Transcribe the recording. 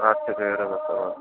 اَدٕ کیٛاہ بِہِو رۄبَس حوال